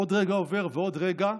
עוד רגע עובר, ועוד רגע,